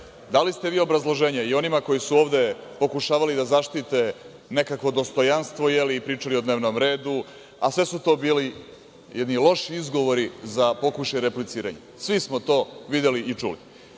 Dali ste vi obrazloženje i onima koji su ovde pokušavali da zaštite nekakvo dostojanstvo, je li, i pričali o dnevnom redu, a sve su to bili jedni loši izgovori za pokušaj repliciranja. Svi smo to videli i čuli. Vi